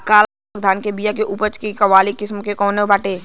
काला नमक धान के बिया के उच्च उपज वाली किस्म कौनो बाटे?